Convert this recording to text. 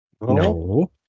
No